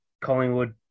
Collingwood